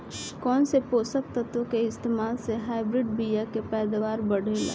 कौन से पोषक तत्व के इस्तेमाल से हाइब्रिड बीया के पैदावार बढ़ेला?